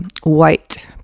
white